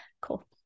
Cool